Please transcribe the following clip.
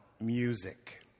music